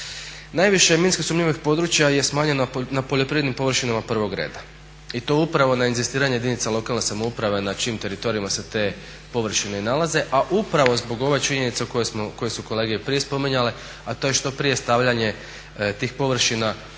Najviše minski sumnjivih područja je smanjeno na poljoprivrednim površinama prvog reda i to upravo na inzistiranje jedinice lokalne samouprave na čijim teritorijima se te površine i nalaze, a upravo zbog ove činjenice koje su kolege i prije spominjale, a to je što prije stavljanje tih površina u